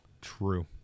True